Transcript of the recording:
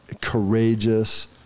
courageous